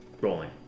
rolling